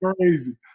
crazy